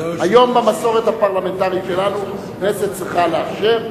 היום במסורת הפרלמנטרית שלנו הכנסת צריכה לאשר.